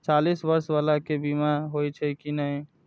चालीस बर्ष बाला के बीमा होई छै कि नहिं?